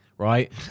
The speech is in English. right